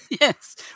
Yes